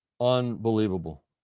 unbelievable